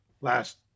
last